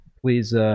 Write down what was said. please